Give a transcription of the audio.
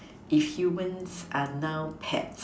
if humans are now pets